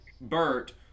bert